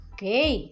Okay